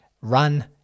run